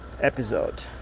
episode